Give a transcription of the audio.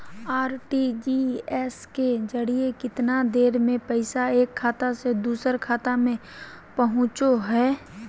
RTGS के जरिए कितना देर में पैसा एक खाता से दुसर खाता में पहुचो है?